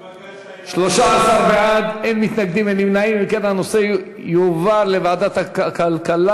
ההצעה להעביר את הנושא לוועדת הכלכלה